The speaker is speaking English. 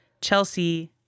Chelsea